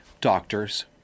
doctors